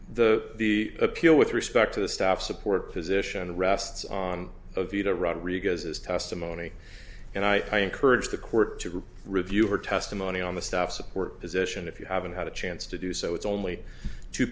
position the appeal with respect to the staff support position rests on a view to rodriguez's testimony and i encourage the court to review her testimony on the staff support position if you haven't had a chance to do so it's only two